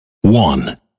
One